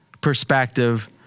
perspective –